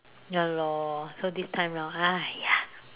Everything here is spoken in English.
ya lor so this time round !aiya!